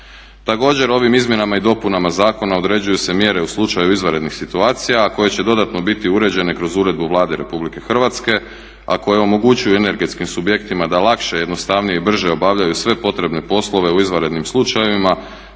Također ovim izmjenama i dopunama zakona određuju se mjere u slučaju izvanrednih situacija koje će dodatno biti uređene kroz uredbu Vlade RH a koje omogućuju energetskim subjektima da lakše, jednostavnije i brže obavljaju sve potrebne poslove u izvanrednim slučajevima